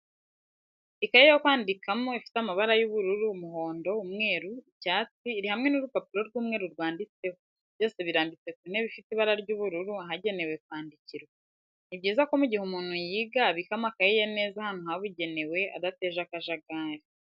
Ikaye yo kwandikano ifite amabara y'ubururu, umuhondo, umweru icyatsi iri hamwe n'urupapuro rw'umweru rwanditseho, byose birambitse ku ntebe ifite ibara ry'ubururu ahagenewe kwandikirwa. Ni byiza ko mu gihe umuntu yiga abika amakayi ye neza ahantu habugenewe adateje akajagari.